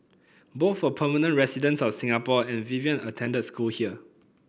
both were permanent residents of Singapore and Vivian attended school here